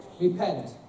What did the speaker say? Repent